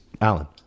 Alan